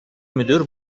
müdür